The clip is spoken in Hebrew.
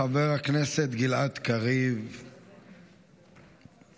חבר הכנסת גלעד קריב, בבקשה.